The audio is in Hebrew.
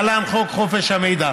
להלן: חוק חופש המידע,